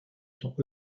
sont